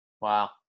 Wow